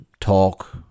talk